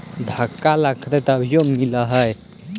धक्का लगतय तभीयो मिल है?